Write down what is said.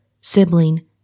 sibling